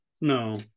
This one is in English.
no